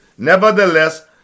Nevertheless